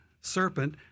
serpent